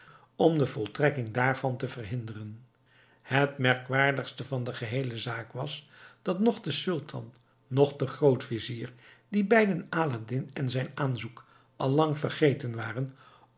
om de voltrekking daarvan te verhinderen het merkwaardigste van de geheele zaak was dat noch de sultan noch de grootvizier die beiden aladdin en zijn aanzoek al lang vergeten waren